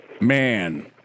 man